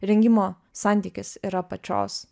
rengimo santykis yra pačios